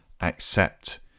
accept